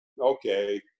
okay